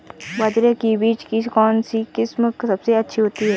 बाजरे के बीज की कौनसी किस्म सबसे अच्छी होती है?